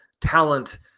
talent